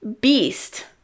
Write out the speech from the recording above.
Beast